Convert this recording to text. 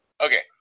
Okay